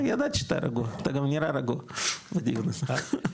ידעתי שאתה רגוע, אתה גם נראה רגוע בדיון הזה.